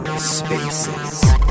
Spaces